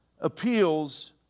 appeals